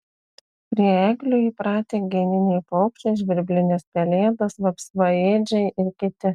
prie eglių įpratę geniniai paukščiai žvirblinės pelėdos vapsvaėdžiai ir kiti